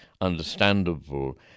understandable